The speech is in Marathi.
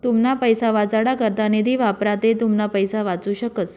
तुमना पैसा वाचाडा करता निधी वापरा ते तुमना पैसा वाचू शकस